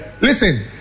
Listen